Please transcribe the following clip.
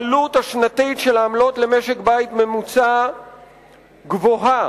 העלות השנתית של העמלות למשק-בית ממוצע גבוהה.